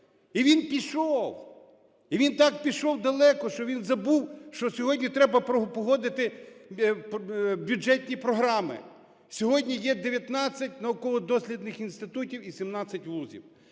І він пішов, і він так пішов далеко, що він забув, що сьогодні треба погодити бюджетні програми. Сьогодні є 19 науково-дослідних інститутів і 17 вузів.